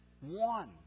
one